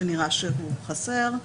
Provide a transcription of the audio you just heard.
שנראה שהיה חסר.